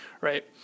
Right